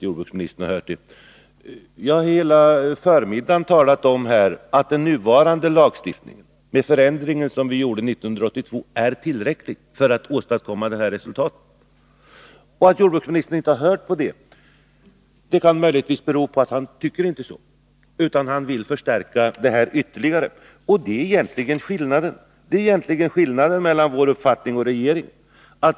Jag har hela förmiddagen talat om att den nuvarande lagstiftningen med de förändringar som gjordes 1982 är tillräcklig för att åstadkomma detta resultat. Att jordbruksministern inte hört det kan möjligtvis bero på att han inte tycker på samma sätt, utan vill förstärka ytterligare. Det är egentligen skillnaden mellan vår uppfattning och regeringens.